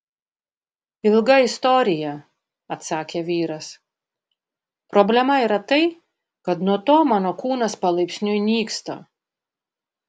ilga istorija atsakė vyras problema yra tai kad nuo to mano kūnas palaipsniui nyksta